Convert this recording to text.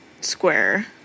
square